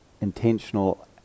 intentional